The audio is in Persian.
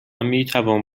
میتوان